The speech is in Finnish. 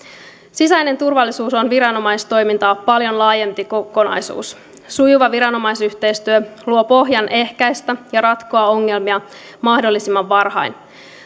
sisäinen turvallisuus on viranomaistoimintaa paljon laajempi kokonaisuus sujuva viranomaisyhteistyö luo pohjan ehkäistä ja ratkoa ongelmia mahdollisimman varhain